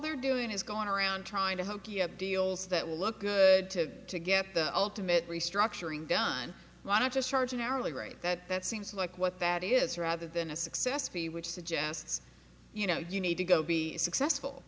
they're doing is going around trying to help you have deals that will look good to get the ultimate restructuring done why not just charge an hourly rate that that seems like what that is rather than a success for you which suggests you know you need to go be successful